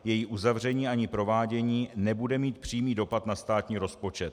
Její uzavření ani provádění nebude mít přímý dopad na státní rozpočet.